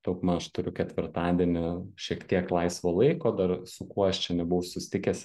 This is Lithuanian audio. daugmaž turiu ketvirtadienį šiek tiek laisvo laiko dar su kuo aš čia nebuvau susitikęs